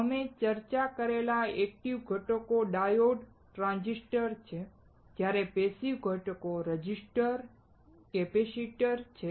અમે ચર્ચા કરેલા ઍક્ટિવ ઘટકો ડાયોડ અને ટ્રાંઝિસ્ટર છે જ્યારે પૅસિવ ઘટકો રેઝિસ્ટર અને કેપેસિટર છે